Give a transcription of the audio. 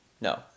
No